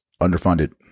underfunded